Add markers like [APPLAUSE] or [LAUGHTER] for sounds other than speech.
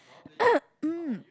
[COUGHS]